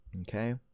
Okay